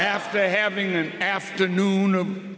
after having an afternoon